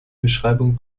beschreibung